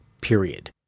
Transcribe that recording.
period